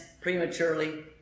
prematurely